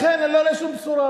לכן אני לא רואה שום בשורה.